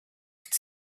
could